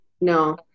no